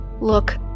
Look